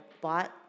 bought